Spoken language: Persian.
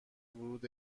ورود